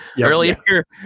Earlier